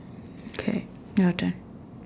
K your turn